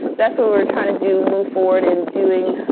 that's what we're trying to do move forward and doing